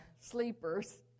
sleepers